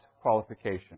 qualification